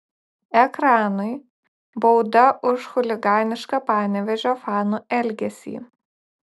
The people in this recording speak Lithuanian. ekranui bauda už chuliganišką panevėžio fanų elgesį